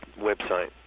website